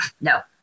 no